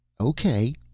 Okay